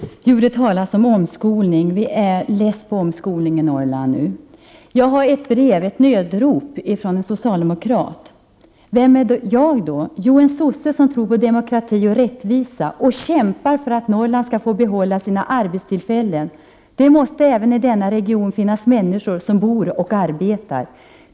Herr talman! Det talas här om omskolning. Vi är i Norrland trötta på talet om omskolning. Jag har i min hand ett brev, som är ett nödrop från en socialdemokrat. Det heter där: ”Vem är jag då? Jo en sosse som tror på Demokrati och Rättvisa och kämpar för att Norrland skall få behålla sina arbetstillfällen. Det måste även i denna region finnas människor som bor och arbetar.